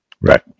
Right